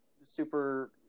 super